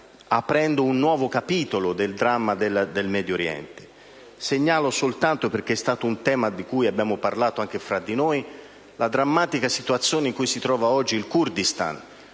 aprendo un nuovo capitolo del dramma del Medio Oriente. Segnalo soltanto - perché è stato un tema di cui abbiamo parlato anche fra di noi - la drammatica situazione in cui si trova oggi il Kurdistan,